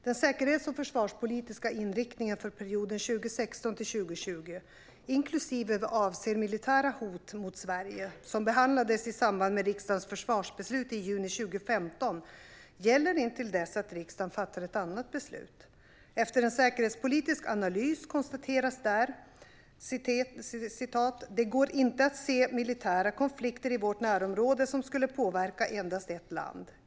Den säkerhets och försvarspolitiska inriktningen för perioden 2016-2020 inklusive vad avser militära hot mot Sverige, som behandlades i samband med riksdagens försvarsbeslut i juni 2015, gäller intill dess att riksdagen fattar ett annat beslut. Efter en säkerhetspolitisk analys konstateras där: "Det går inte att se militära konflikter i vårt närområde som skulle påverka endast ett land.